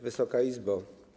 Wysoka Izbo!